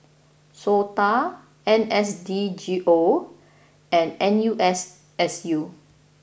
Sota N S D G O and N U S S U